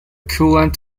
coolant